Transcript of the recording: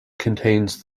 contains